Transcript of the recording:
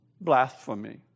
blasphemy